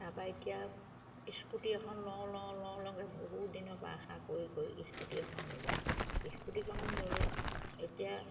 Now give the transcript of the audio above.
তাপা এতিয়া স্কুটি এখন লওঁ লওঁ লওঁকে বহুদিনৰ পৰা আশা কৰি স্কুটি এখন ল'লোঁ স্কুটিখনো ল'লোঁ এতিয়া